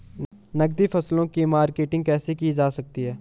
नकदी फसलों की मार्केटिंग कैसे की जा सकती है?